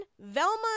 Velma